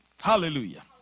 Hallelujah